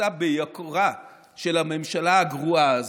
חפצה ביקרה של הממשלה הגרועה הזאת,